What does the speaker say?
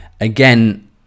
again